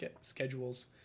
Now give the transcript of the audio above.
schedules